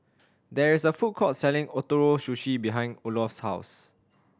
there is a food court selling Ootoro Sushi behind Olof's house